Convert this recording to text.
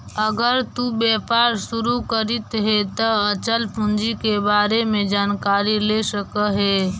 अगर तु व्यापार शुरू करित हे त अचल पूंजी के बारे में जानकारी ले सकऽ हे